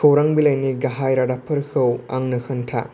खौरां बिलाइनि गाहाय रादाबफोरखौ आंनो खोन्था